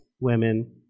women